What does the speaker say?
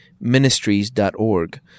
ministries.org